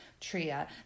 Tria